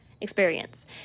experience